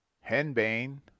henbane